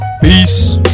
Peace